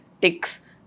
ticks